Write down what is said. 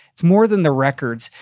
it's more than the records.